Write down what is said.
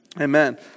amen